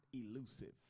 elusive